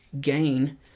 gain